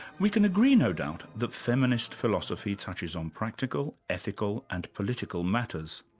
we can agree, no doubt, that feminist philosophy touches on practical, ethical and political matters,